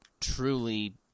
truly